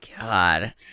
God